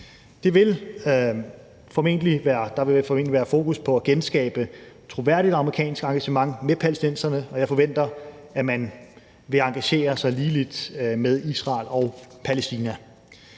Der vil formentlig være fokus på at genskabe troværdigt amerikansk engagement med palæstinenserne, og jeg forventer, at man vil engagere sig ligeligt med Israel og Palæstina.